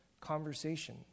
conversation